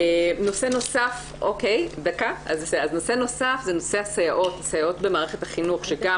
נושא נוסף זה נושא הסייעות במערכת החינוך שגם